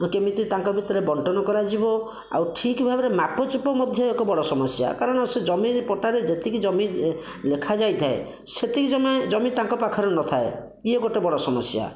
କେମିତି ତାଙ୍କ ଭିତରେ ବଣ୍ଟନ କରାଯିବ ଆଉ ଠିକ୍ ଭାବରେ ମାପଚୁପ ମଧ୍ୟ ଏକ ବଡ଼ ସମସ୍ୟା କାରଣ ସେ ଜମି ପଟ୍ଟାରେ ଯେତିକି ଜମି ଲେଖାଯାଇଥାଏ ସେତିକି ଜମା ଜମି ତାଙ୍କ ପାଖରେ ନ ଥାଏ ଇଏ ଗୋଟିଏ ବଡ଼ ସମସ୍ୟା